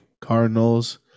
Cardinals